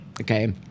okay